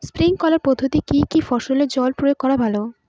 Sprinkler পদ্ধতিতে কি কী ফসলে জল প্রয়োগ করা ভালো?